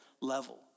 level